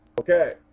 okay